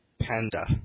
Panda